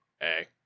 hey